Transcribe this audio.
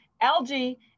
algae